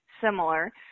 similar